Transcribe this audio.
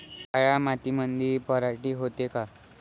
काळ्या मातीमंदी पराटी होते का?